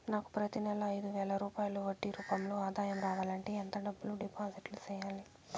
నాకు ప్రతి నెల ఐదు వేల రూపాయలు వడ్డీ రూపం లో ఆదాయం రావాలంటే ఎంత డబ్బులు డిపాజిట్లు సెయ్యాలి?